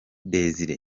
desire